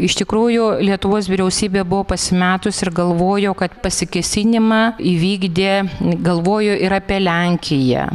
iš tikrųjų lietuvos vyriausybė buvo pasimetus ir galvojo kad pasikėsinimą įvykdė galvojo ir apie lenkiją